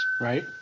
Right